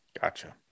Gotcha